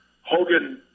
Hogan